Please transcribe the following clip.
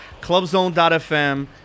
clubzone.fm